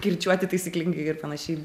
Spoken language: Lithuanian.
kirčiuoti taisyklingai ir panašiai